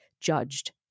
judged